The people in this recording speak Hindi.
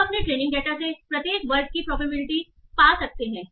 और आप अपने ट्रेनिंग डेटा से प्रत्येक वर्ग की प्रोबेबिलिटी पा सकते हैं